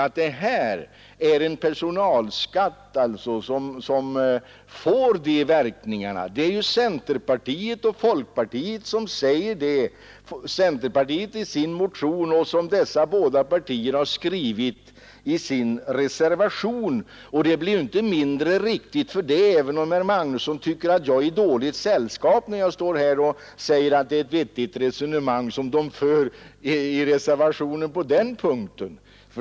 Att det är en personalskatt som får de verkningarna säger både centerpartiet och folkpartiet — centerpartiet i sin motion och båda partierna i sin reservation. Det blir inte mindre riktigt för det även om herr Magnusson kanske tycker att jag är i dåligt sällskap, när jag säger att jag tycker att det är ett vettigt resonemang som de för i reservationen på den punkten.